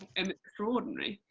am extraordinary